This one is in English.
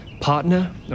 Partner